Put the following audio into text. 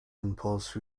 impulse